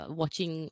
watching